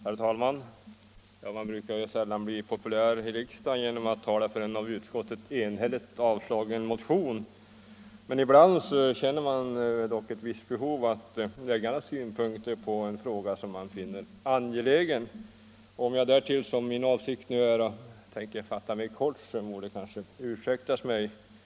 Herr talman! Man blir sällan populär i riksdagen genom att tala för en av utskottet enhälligt avstyrkt motion, men ibland känner man behov av att trots detta framföra synpunkter på en fråga som man finner angelägen. Om jag därtill, som min avsikt är, fattar mig kort kan det kanske ursäktas mig att jag gör detta.